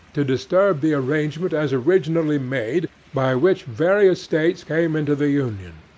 to disturb the arrangement as originally made, by which various states came into the union.